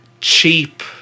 cheap